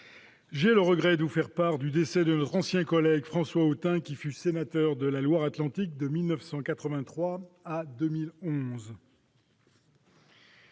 j'ai le regret de vous faire part du décès de notre ancien collègue François Autain, qui fut sénateur de la Loire-Atlantique de 1983 à 2011.